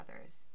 others